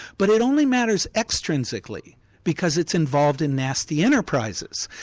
but it only matters extrinsically because it's involved in nasty enterprises.